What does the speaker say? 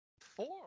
Four